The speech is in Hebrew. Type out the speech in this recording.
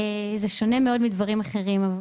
זה שונה מאוד מדברים אחרים.